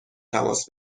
تماس